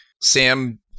Sam